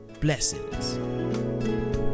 Blessings